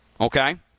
Okay